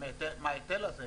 מההיטל הזה,